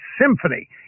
symphony